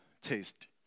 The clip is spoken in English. taste